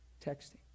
Texting